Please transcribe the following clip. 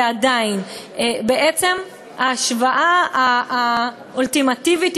ועדיין בעצם ההשוואה האולטימטיבית,